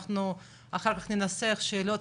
אחנו אחר-כך ננסח שאלות